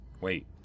Wait